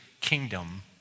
kingdom